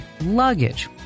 luggage